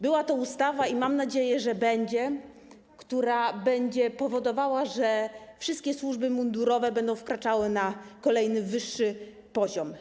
Była to ustawa - i mam nadzieję, że będzie - która będzie powodowała, że wszystkie służby mundurowe będą wkraczały na kolejny, wyższy poziom.